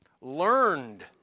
Learned